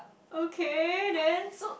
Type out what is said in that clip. okay then